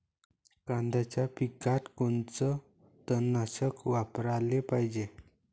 कांद्याच्या पिकात कोनचं तननाशक वापराले पायजे?